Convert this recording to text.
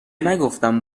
نگفتم